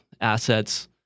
assets